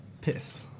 Piss